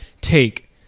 take